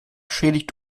schädigt